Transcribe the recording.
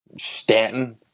Stanton